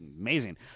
amazing